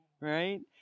right